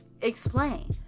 Explain